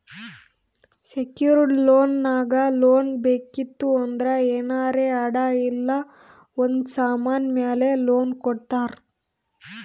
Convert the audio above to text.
secured loan ನಾಗ್ loan ಬೇಕಿತ್ತು ಅಂದ್ರ ಏನಾರೇ ಅಡಾ ಇಲ್ಲ ಒಂದ್ ಸಮಾನ್ ಮ್ಯಾಲ ಲೋನ್ ಕೊಡ್ತಾರ್